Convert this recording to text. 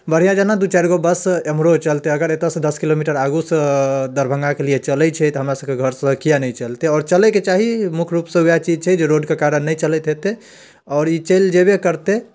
बढ़िआँ जेना दुइ चारिगो बस एम्हरो चलतै अगर एतऽसँ दस किलोमीटर आगूसँ दरभङ्गाकेलिए चलै छै तऽ हमरासभके घरसँ किएक नहि चलतै आओर चलैके चाही मुख्यरूपसँ वएह चीज छै जे रोडके कारण नहि चलैत हेतै आओर ई चलि जेबे करतै